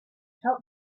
help